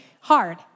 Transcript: hard